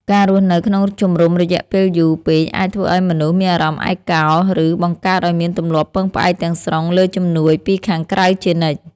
ការរស់នៅក្នុងជំរំរយៈពេលយូរពេកអាចធ្វើឱ្យមនុស្សមានអារម្មណ៍ឯកោ ឬបង្កើតឱ្យមានទម្លាប់ពឹងផ្អែកទាំងស្រុងលើជំនួយពីខាងក្រៅជានិច្ច។